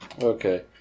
Okay